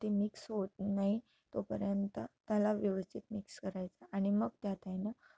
ते मिक्स होत नाही तोपर्यंत त्याला व्यवस्थित मिक्स करायचा आणि मग त्यात आहे नं